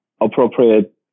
appropriate